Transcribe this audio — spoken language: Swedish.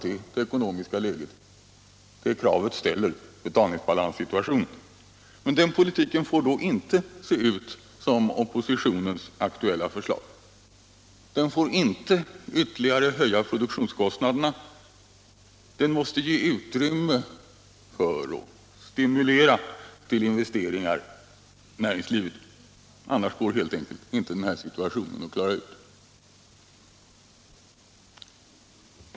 I det läget, och med den betalningsbalanssituation vi har i dag, får inte den ekonomiska politiken se ut som den gör i oppositionens aktuella förslag. Den får inte ytterligare höja produktionskostnaderna. Den måste ge utrymme för och stimulera till investeringar i näringslivet. På så sätt går den här situationen helt enkelt inte att klara ut.